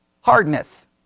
Hardeneth